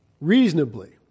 reasonably